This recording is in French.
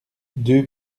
deux